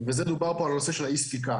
וזה דובר פה על הנושא של אי הספיקה.